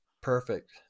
perfect